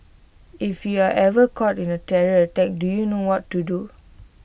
if you are ever caught in A terror attack do you know what to do